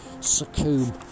succumb